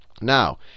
Now